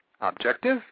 Objective